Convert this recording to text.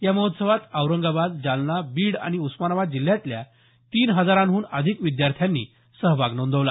या महोत्सवात औरंगाबाद जालना बीड आणि उस्मानाबाद जिल्ह्यातल्या तीन हजारांहून अधिक विद्यार्थ्यांनी सहभाग घेतला